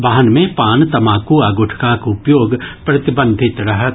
वाहन मे पान तमाकू आ गुटखाक उपयोग प्रतिबंधित रहत